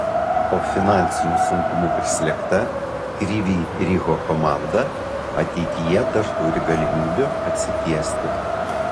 o finansinių sunkumų prislėgta kryvyj riho komanda ateityje dar turi galimybių atsitiesti